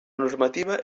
normativa